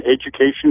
education